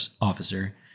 officer